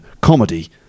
comedy